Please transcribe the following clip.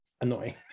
annoying